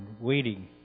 waiting